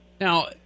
Now